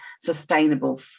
sustainable